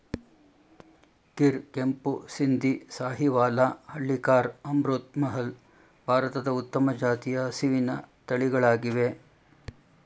ಗಿರ್, ಕೆಂಪು ಸಿಂಧಿ, ಸಾಹಿವಾಲ, ಹಳ್ಳಿಕಾರ್, ಅಮೃತ್ ಮಹಲ್, ಭಾರತದ ಉತ್ತಮ ಜಾತಿಯ ಹಸಿವಿನ ತಳಿಗಳಾಗಿವೆ